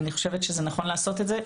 אני חושבת שנכון לעשות את זה,